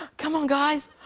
come on, guys!